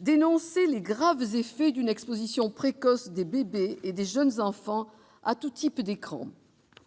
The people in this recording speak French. dénonçait les « graves effets d'une exposition précoce des bébés et des jeunes enfants à tous types d'écrans